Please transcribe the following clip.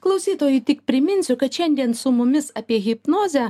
klausytojui tik priminsiu kad šiandien su mumis apie hipnozę